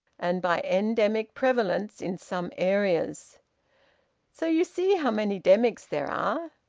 and by endemic prevalence in some areas so you see how many demics there are!